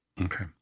Okay